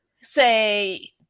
say